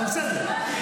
בסדר.